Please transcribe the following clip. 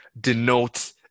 denote